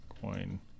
coin